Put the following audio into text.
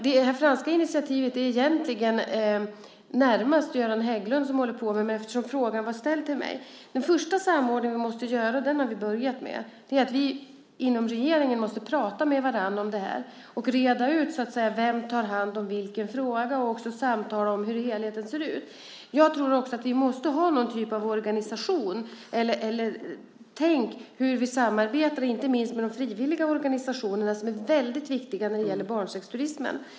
Det franska initiativet är det egentligen närmast Göran Hägglund som håller på med, men frågan var ställd till mig. Den första samordning vi måste göra har vi börjat med. Det är att vi inom regeringen måste prata med varandra om det här, reda ut vem som tar hand om vilken fråga och samtala om hur helheten ser ut. Jag tror också att vi måste ha någon typ av organisation eller tänk om hur vi samarbetar, inte minst med de frivilliga organisationerna som är väldigt viktiga när det gäller barnsexturismen.